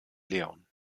leon